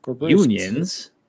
unions